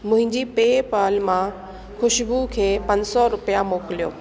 मुंहिंजी PayPal मां खुशबू खे पंज सौ रुपिया मोकिलियो